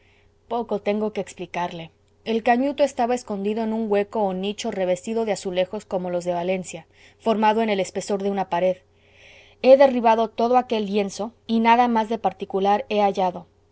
poco tengo que explicarle el cañuto estaba escondido en un hueco o nicho revestido de azulejos como los de valencia formado en el espesor de una pared he derribado todo aquel lienzo y nada más de particular he hallado